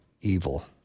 evil